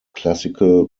classical